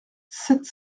sept